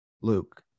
Luke